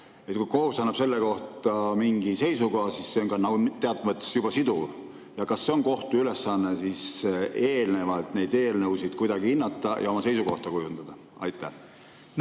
Kui kohus annab selle kohta mingi seisukoha, siis on see teatud mõttes juba siduv. Kas on kohtu ülesanne eelnevalt eelnõusid kuidagi hinnata ja oma seisukohta kujundada? Aitäh,